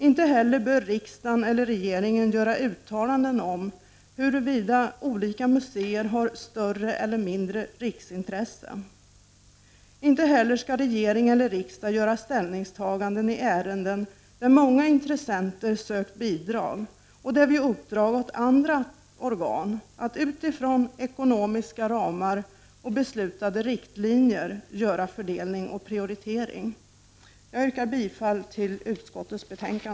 Inte heller bör riksdagen eller regeringen göra uttalanden om huruvida olika museer har större eller mindre riksintresse. Inte heller skall regering eller riksdag göra ställningstaganden i ärenden där många intressenter sökt bidrag, och där vi uppdragit åt andra organ att inom ekonomiska ramar och utifrån beslutade riktlinjer göra fördelning och prioritering. Jag yrkar bifall till utskottets hemställan.